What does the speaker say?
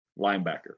linebacker